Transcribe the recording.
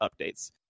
updates